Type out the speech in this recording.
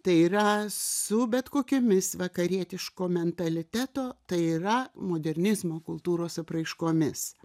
tai yra su bet kokiomis vakarietiško mentaliteto tai yra modernizmo kultūros apraiškomis